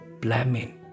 blaming